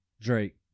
Drake